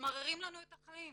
וממררים לנו את החיים.